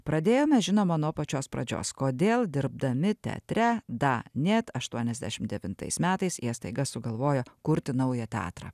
pradėjome žinoma nuo pačios pradžios kodėl dirbdami teatre da nėt aštuoniasdešimt devintais metais jie staiga sugalvojo kurti naują teatrą